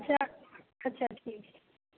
अच्छा अच्छा ठीक छै